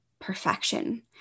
perfection